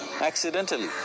Accidentally